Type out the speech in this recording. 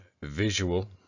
visual